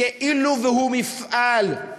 כאילו זה מפעל.